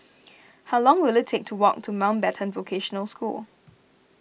how long will it take to walk to Mountbatten Vocational School